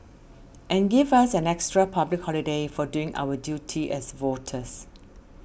and give us an extra public holiday for doing our duty as voters